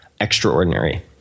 extraordinary